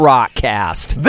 Rockcast